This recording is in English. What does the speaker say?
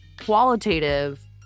qualitative